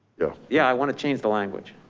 yeah. yeah. i want to change the language.